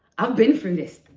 i've been through this